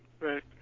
right